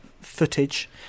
footage